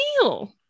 deal